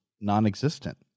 non-existent